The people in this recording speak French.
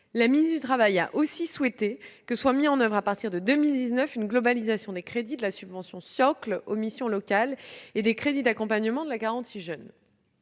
La ministre du travail a aussi souhaité que soit mise en oeuvre à partir de cette année une globalisation des crédits de la subvention socle aux missions locales, ainsi que des crédits d'accompagnement de la garantie jeunes.